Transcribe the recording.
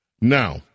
Now